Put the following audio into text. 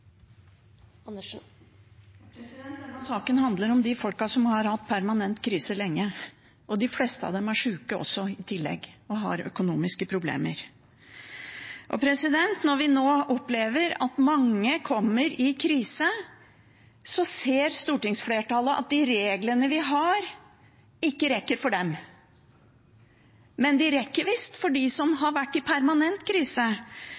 i tillegg og har økonomiske problemer. Og når vi nå opplever at mange kommer i krise, ser stortingsflertallet at de reglene vi har, ikke rekker for dem, men de rekker visst for dem som har vært i permanent krise.